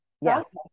yes